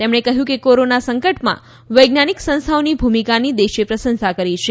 તેમણે કહ્યું કે કોરોના સંકટમાં વૈજ્ઞાનિક સંસ્થાઓની ભૂમિકાની દેશે પ્રશંસા કરી છે